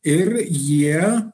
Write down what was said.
ir jie